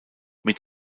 mit